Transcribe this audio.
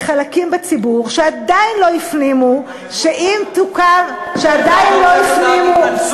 חלקים בציבור שעדיין לא הפנימו שאם תוקם זאת היתממות,